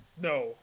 No